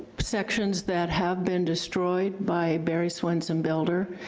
sections that have been destroyed by barry swinson builder,